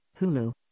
Hulu